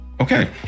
okay